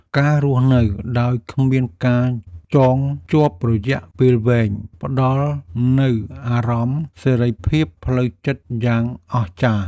ការរស់នៅដោយគ្មានការចងភ្ជាប់រយៈពេលវែង ផ្តល់នូវអារម្មណ៍សេរីភាពផ្លូវចិត្តយ៉ាងអស្ចារ្យ។